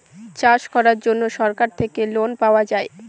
চাষ করার জন্য সরকার থেকে লোন পাওয়া যায়